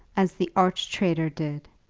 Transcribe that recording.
as the arch-traitor did,